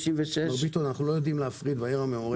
96%. אנחנו לא יודעים להפריד בעיר המעורבת.